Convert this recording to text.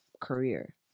career